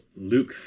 Luke